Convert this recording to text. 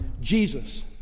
Jesus